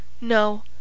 No